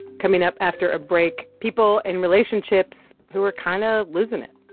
coming up after a break, people in relationships who are kind of losing it.